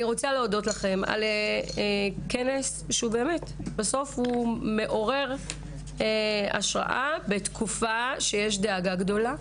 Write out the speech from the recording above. אני רוצה להודות לכם על כנס מעורר השראה בתקופה של דאגה גדולה.